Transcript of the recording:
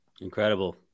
Incredible